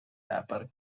rapper